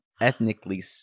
Ethnically